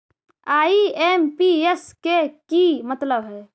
IMPS के कि मतलब है?